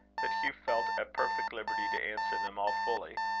that hugh felt at perfect liberty to answer them all fully,